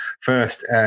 first